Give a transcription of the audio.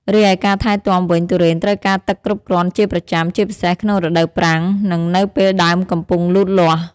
រីឯការថែទាំវិញ ទុរេនត្រូវការទឹកគ្រប់គ្រាន់ជាប្រចាំ ជាពិសេសក្នុងរដូវប្រាំង និងនៅពេលដើមកំពុងលូតលាស់។